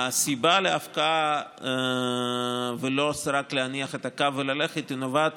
שהסיבה להפקעה ולא רק להניח את הקו וללכת נובעת